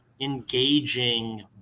engaging